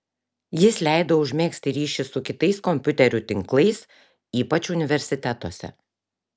jis leido užmegzti ryšį su kitais kompiuterių tinklais ypač universitetuose